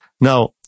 Now